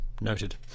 Noted